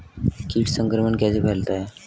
कीट संक्रमण कैसे फैलता है?